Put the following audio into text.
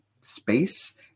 space